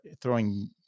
throwing